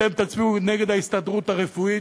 אתם תצביעו נגד ההסתדרות הרפואית,